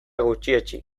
gutxietsi